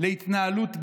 להתנהלות גזענית,